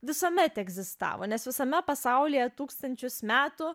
visuomet egzistavo nes visame pasaulyje tūkstančius metų